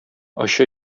очы